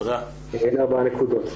אלה ארבע הנקודות.